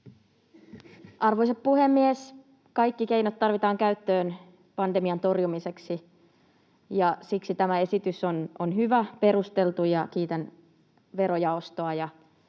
Arvoisa puhemies! Kaikki keinot tarvitaan käyttöön pandemian torjumiseksi, ja siksi tämä esitys on hyvä, perusteltu. Kiitän verojaostoa